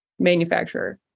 manufacturer